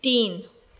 तीन